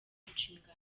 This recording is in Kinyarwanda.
inshingano